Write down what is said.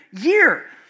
year